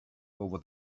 over